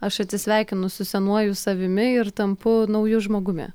aš atsisveikinu su senuoju savimi ir tampu nauju žmogumi